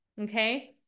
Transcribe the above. Okay